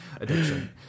addiction